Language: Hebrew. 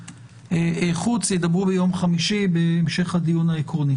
החוץ ידברו ביום חמישי בהמשך הדיון העקרוני.